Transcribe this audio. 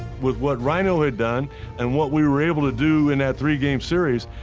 with what ryno had done and what we were able to do in that three-game series,